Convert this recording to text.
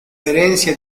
herencia